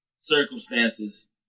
circumstances